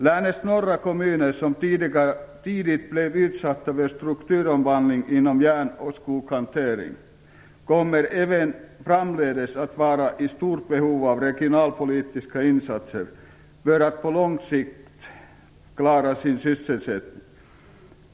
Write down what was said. Länets norra kommuner, som tidigt blev utsatta för strukturomvandling inom järn och skogshantering, kommer även framdeles att vara i stort behov av regionalpolitiska insatser för att på lång sikt klara sin sysselsättning.